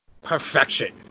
Perfection